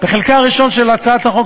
בחלקה הראשון של הצעת החוק,